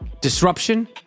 disruption